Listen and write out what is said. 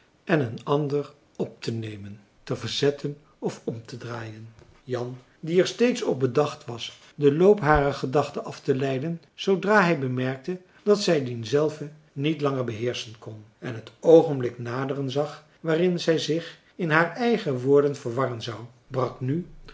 en een ander optenemen te verzetten of omtedraaien jan die er steeds op bedacht was den loop harer gedachten afteleiden zoodra hij bemerkte dat zij dien zelve niet langer beheerschen kon en het oogenblik naderen zag waarin zij zich in haar eigen woorden verwarren zou brak nu